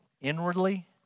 Inwardly